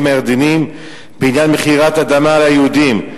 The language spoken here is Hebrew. הירדניים בעניין מכירת אדמה ליהודים,